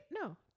No